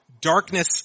Darkness